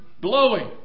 blowing